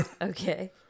Okay